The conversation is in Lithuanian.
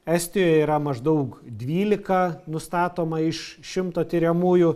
estijoj yra maždaug dvylika nustatoma iš šimto tiriamųjų